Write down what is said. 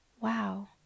wow